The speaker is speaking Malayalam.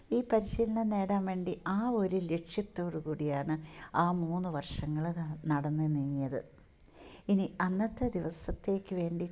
ഈ പരിശീലനം നേടാൻ വേണ്ടി ആ ഒരു ലക്ഷ്യത്തോടു കൂടിയാണ് ആ മൂന്ന് വർഷങ്ങൾ നടന്നു നീങ്ങിയത് ഇനി അന്നത്തെ ദിവസത്തേക്ക് വേണ്ടിയിട്ട്